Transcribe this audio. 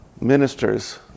ministers